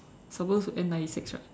suppose to end ninety six right